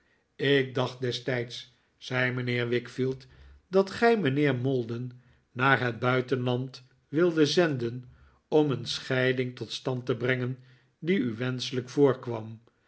ik dacht destijds zei mijnheer wickfield dat gij mijnheer maldon naar het buitenland wildet zenden om een scheiding tot stand te brengen die u wenschelijk voorkwam